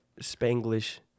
Spanglish